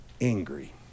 angry